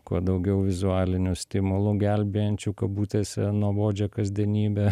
kuo daugiau vizualinių stimulų gelbėjančių kabutėse nuobodžią kasdienybę